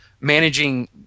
managing